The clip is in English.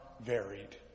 varied